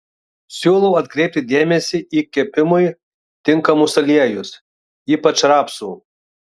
siūlau atkreipti dėmesį į kepimui tinkamus aliejus ypač rapsų